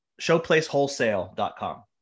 Showplacewholesale.com